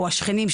או השכנים,